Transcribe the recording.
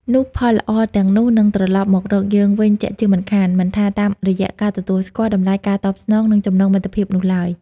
នោះផលល្អទាំងនោះនឹងត្រឡប់មករកយើងវិញជាក់ជាមិនខាន មិនថាតាមរយៈការទទួលស្គាល់ តម្លៃ ការតបស្នង ឬចំណងមិត្តភាពនោះឡើយ។